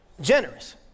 Generous